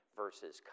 versus